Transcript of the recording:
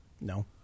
No